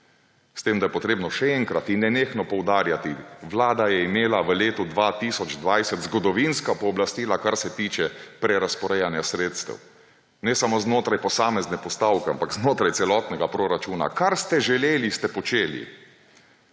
s tem da je treba še enkrat in nenehno poudarjati, vlada je imela v letu 2020 zgodovinska pooblastila, kar se tiče prerazporejanja sredstev, ne samo znotraj posamezne postavke, ampak znotraj celotnega proračuna. Kar ste želeli, ste počeli